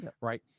right